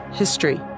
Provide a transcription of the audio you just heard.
history